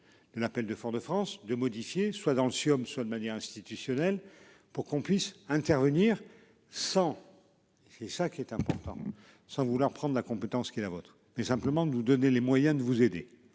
De l'appel de Fort-de-France de modifier soit dans le siom manière institutionnelle pour qu'on puisse intervenir sans. Et ça qui est important. Sans vouloir prendre la compétence qui est la vôtre, mais simplement de nous donner les moyens de vous aider,